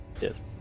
yes